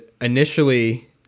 initially